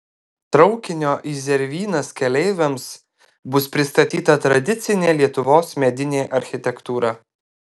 traukinio į zervynas keleiviams bus pristatyta tradicinė lietuvos medinė architektūra